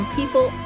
people